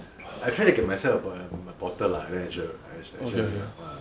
I try to get myself a bo~ bottle lah then I share I share with you lah want or not